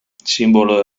sinbolo